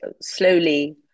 slowly